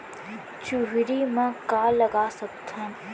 चुहरी म का लगा सकथन?